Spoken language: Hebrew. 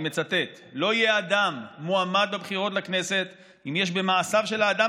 אני מצטט: לא יהיה אדם מועמד בבחירות לכנסת אם יש במעשיו של האדם,